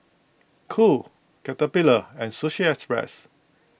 Cool Caterpillar and Sushi Express